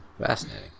Fascinating